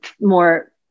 more